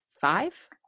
five